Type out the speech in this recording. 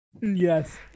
yes